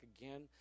again